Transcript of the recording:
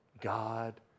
God